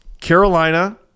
Carolina